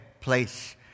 place